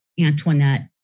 Antoinette